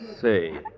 say